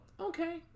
okay